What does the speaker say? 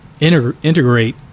integrate